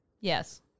Yes